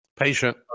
patient